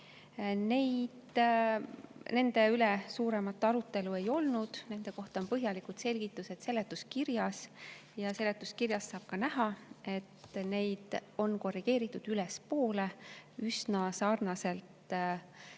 Nende üle suuremat arutelu ei olnud. Nende kohta on põhjalikud selgitused seletuskirjas ja seletuskirjast saab ka näha, et neid on korrigeeritud ülespoole üsna sarnaselt